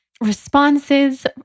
responses